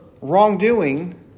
wrongdoing